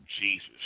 Jesus